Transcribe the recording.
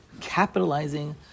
Capitalizing